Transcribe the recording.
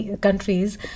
countries